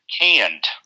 canned